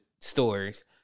stories